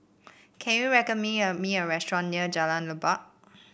can you recommend me me a restaurant near Jalan Leban